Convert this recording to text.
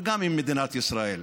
וגם עם מדינת ישראל.